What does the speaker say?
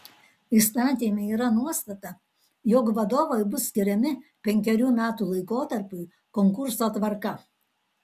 įstatyme yra nuostata jog vadovai bus skiriami penkerių metų laikotarpiui konkurso tvarka